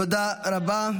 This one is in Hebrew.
תודה רבה.